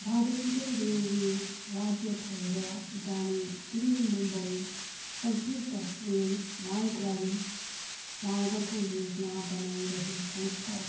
भारतीय रेलवेले राज्य भएर जाने दिल्ली मुम्बई समर्पित रेल मालगाडी मार्गको योजना बनाइरहेको छ